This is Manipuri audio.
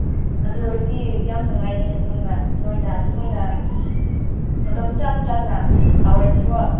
ꯑꯗꯨ ꯑꯣꯏꯔꯗꯤ ꯌꯥꯝ ꯅꯨꯡꯉꯥꯏꯅꯤ ꯅꯣꯏꯅ ꯑꯗꯨꯃꯥꯏꯅ ꯃꯇꯝ ꯆꯞ ꯆꯥꯅ ꯇꯧꯔꯗꯤꯀꯣ